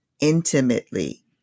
intimately